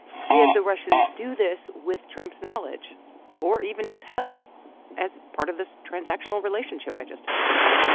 did the russians do this with trump's knowledge or even his help as part of this transactional relationship i just described?